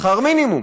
שכר מינימום,